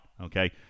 okay